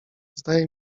zdaje